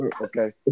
Okay